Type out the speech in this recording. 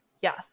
Yes